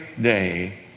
day